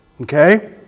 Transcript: okay